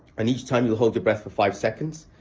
and each time you will hold your breath for five seconds,